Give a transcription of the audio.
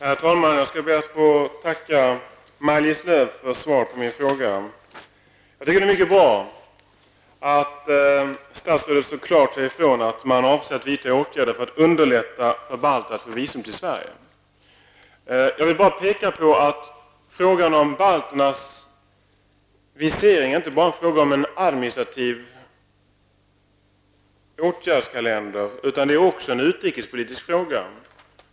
Herr talman! Jag skall be att få tacka Maj-Lis Lööw för svaret på min fråga. Jag tycker att det är bra att statsrådet så klart säger ifrån att man avser att vidta åtgärder för att underlätta för balter att få visum till Sverige. Jag vill bara påpeka att frågan om visering för balter inte bara är en fråga om en administrativ åtgärdskalender, utan det är också en utrikespolitisk fråga.